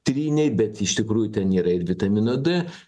tryniai bet iš tikrųjų ten yra ir vitamino d